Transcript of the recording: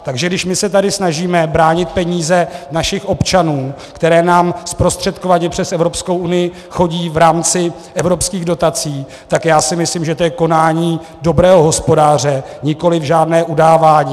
Takže když my se tady snažíme bránit peníze našich občanů, které nám zprostředkovaně přes Evropskou unii chodí v rámci evropských dotací, tak já si myslím, že je to konání dobrého hospodáře, nikoliv žádné udávání.